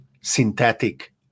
synthetic